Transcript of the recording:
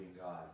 God